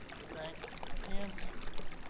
that banks can serve